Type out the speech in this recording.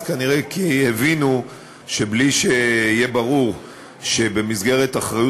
אז כנראה הבינו שבלי שיהיה ברור שבמסגרת אחריות